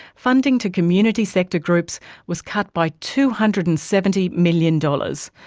funding to community sector groups was cut by two hundred and seventy million dollars,